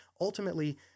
ultimately